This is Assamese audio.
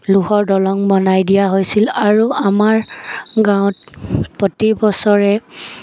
লোহৰ দলং বনাই দিয়া হৈছিল আৰু আমাৰ গাঁৱত প্ৰতি বছৰে